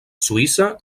suïssa